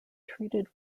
treated